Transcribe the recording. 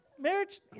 Marriage